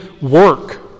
work